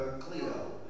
Cleo